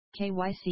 KYC